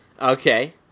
Okay